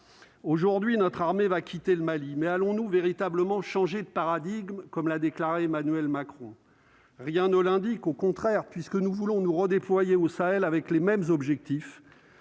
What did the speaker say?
aujourd'hui notre armée va quitter le Mali mais allons-nous véritablement changer de paradigme, comme l'a déclaré Emmanuel Macron rien ne l'indique, au contraire, puisque nous voulons nous redéployer au Sahel, avec les mêmes objectifs